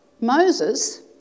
Moses